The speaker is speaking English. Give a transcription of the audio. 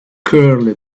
curly